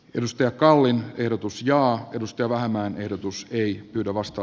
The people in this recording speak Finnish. lystiä kalliin tiedotus ja opetus ja vähemmän ehdotus ei pyydä vasta